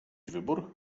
wybór